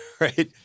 right